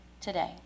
today